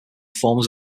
forms